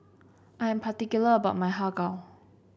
I'm particular about my Har Kow